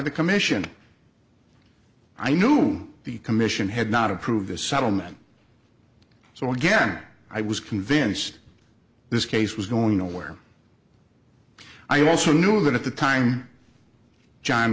the commission i knew the commission had not approved this settlement so again i was convinced this case was going nowhere i also knew that at the time john